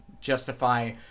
justify